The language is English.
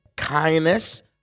kindness